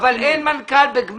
בגמ"ח אין מנכ"ל.